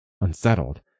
Unsettled